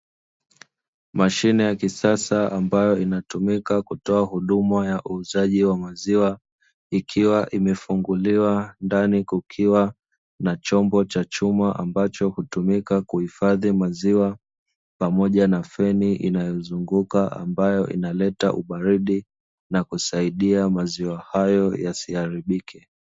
Mashine ya kisasa ambayo inatumika kutoa huduma ya uuzaji wa maziwa ikiwa imefunguliwa ndani kukiwa na chombo cha chuma, ambacho hutumika kuhifadhi maziwa pamoja na feni inayozunguka ambayo inaleta ubaridi na kusaidia maziwa hayo yasiharibike.